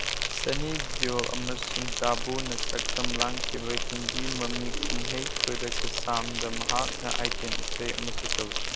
ꯁꯅꯤ ꯗꯤꯌꯣꯜ ꯑꯃꯁꯨꯡ ꯇꯥꯕꯨꯅ ꯁꯛꯇꯝ ꯂꯥꯡꯈꯤꯕ ꯍꯤꯟꯗꯤ ꯃꯃꯤ ꯀꯨꯝꯍꯩ ꯈꯨꯗꯥ ꯀꯁꯥꯝꯗ ꯃꯍꯥꯛꯅ ꯑꯥꯏꯇꯦꯝ ꯏꯁꯩ ꯑꯃꯁꯨ ꯇꯧꯈꯤ